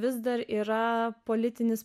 vis dar yra politinis